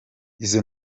izo